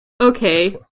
Okay